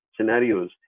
scenarios